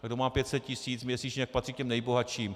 Kdo má 500 tisíc měsíčně, tak patří k těm nejbohatším.